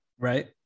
Right